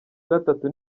gatatu